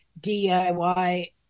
DIY